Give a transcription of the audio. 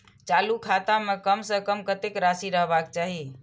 चालु खाता में कम से कम कतेक राशि रहबाक चाही?